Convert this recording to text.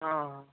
हां